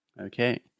Okay